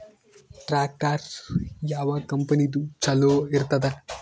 Tractor ಯಾವ ಕಂಪನಿದು ಚಲೋ ಇರತದ?